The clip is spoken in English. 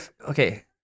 okay